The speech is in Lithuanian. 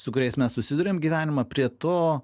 su kuriais mes susiduriam gyvenime prie to